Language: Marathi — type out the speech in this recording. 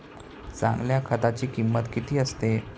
चांगल्या खताची किंमत किती असते?